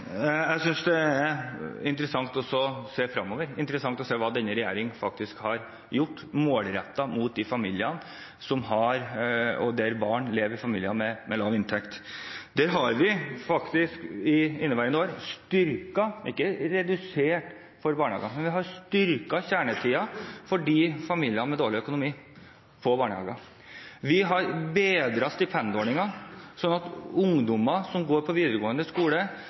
Jeg synes det er interessant å se fremover, interessant å se hva denne regjeringen faktisk har gjort målrettet mot disse familiene, mot barn som lever i familier med lav inntekt. Der har vi i inneværende år styrket, ikke redusert når det gjelder barnehager, vi har styrket kjernetiden i barnehagen for familier med dårlig økonomi. Vi har bedret stipendordningen, slik at ungdommer som går på videregående skole